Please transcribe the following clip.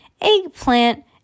Eggplant